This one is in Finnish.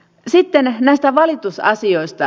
sitten näistä valitusasioista